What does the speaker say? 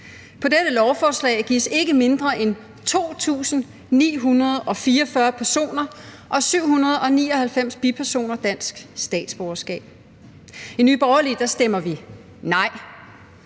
På dette lovforslag gives ikke færre end 2.944 personer og 799 bipersoner dansk statsborgerskab. I Nye Borgerlige stemmer vi nej.